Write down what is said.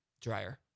dryer